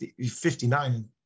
59